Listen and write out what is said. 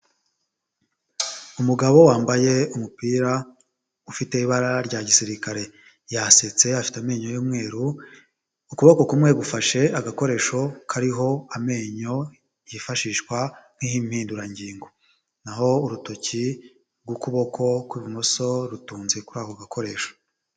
Umugabo wambaye umupira ufite ibara rya gisirikare yasetse afite amenyo y'umweru ukuboko kumwe gufashe agakoresho kariho amenyo yifashishwa nk'impindurangingo, naho urutoki rw'ukuboko kw'ibumoso rutunze kuri ako gakoresho.